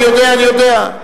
אני יודע, אני יודע.